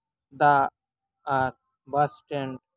ᱫᱟᱜ ᱟᱨ bus train